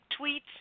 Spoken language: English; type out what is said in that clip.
tweets